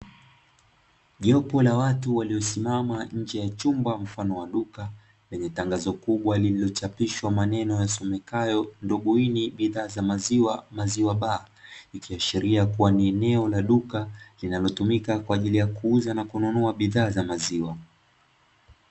Jopo la watu waliosimama nje ya chumba mfano wa duka lenye tangazo kubwa lililochapishwa maneno yasomekayo, "duguini bidhaa za maziwa maziwa bar", ikiashiria kuwa ni eneo la duka linalotumika kwa ajili ya kuuza na kununua bidhaa za maziwa.